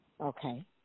Okay